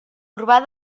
urbà